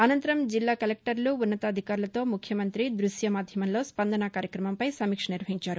అసంతరం జిల్లా కలెక్టర్లు ఉన్నతాధికారులతో ముఖ్యమంత్రి దృశ్య మాధ్యమంలో స్పందన కార్యక్రమంపై సమీక్ష నిర్వహించారు